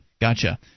gotcha